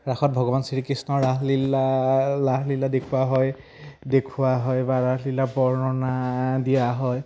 ৰাসত ভগৱান শ্ৰীকৃষ্ণৰ ৰাসলীলা ৰাসলীলা দেখুওৱা হয় দেখুওৱা হয় বা ৰাসলীলা বৰ্ণনা দিয়া হয়